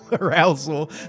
arousal